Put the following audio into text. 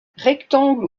rectangle